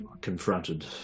confronted